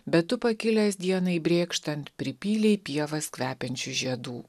bet tu pakilęs dienai brėkštant pripylei pievas kvepiančių žiedų